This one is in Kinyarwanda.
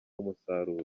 umusaruro